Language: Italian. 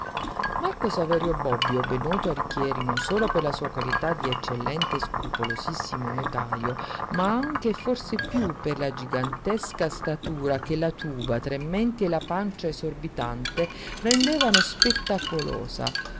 marco saverio bobbio ben noto a richieri non solo per la sua qualità di eccellente e scrupolosissimo notajo ma anche e forse piú per la gigantesca statura che la tuba tre menti e la pancia esorbitante rendevano spettacolosa